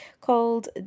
called